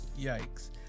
Yikes